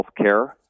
healthcare